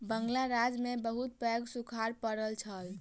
बंगाल राज्य में बहुत पैघ सूखाड़ पड़ल छल